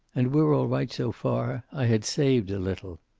and we're all right so far i had saved a little.